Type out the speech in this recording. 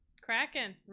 Kraken